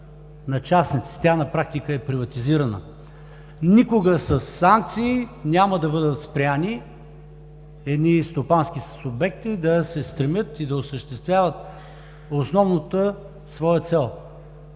на частници. Тя на практика е приватизирана. Никога със санкции няма да бъдат спрени стопански субекти да се стремят и да осъществяват основната своя цел